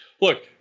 Look